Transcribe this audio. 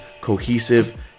cohesive